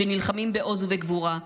שנלחמים בעוז ובגבורה.